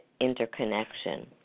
interconnection